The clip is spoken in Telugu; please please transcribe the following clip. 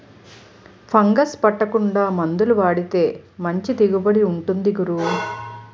ఫంగస్ పట్టకుండా మందులు వాడితే మంచి దిగుబడి ఉంటుంది గురూ